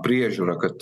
priežiūrą kad